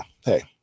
hey